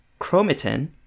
chromatin